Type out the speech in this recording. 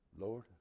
Lord